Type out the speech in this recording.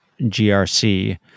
GRC